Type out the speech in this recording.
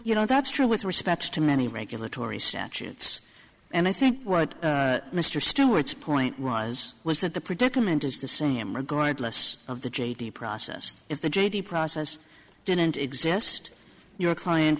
you know that's true with respect to many regulatory statutes and i think what mr stewart's point was was that the predicament is the same regardless of the j d process if the j d process didn't exist your client